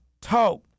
talk